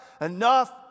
enough